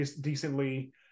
decently